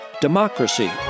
Democracy